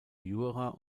jura